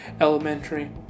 elementary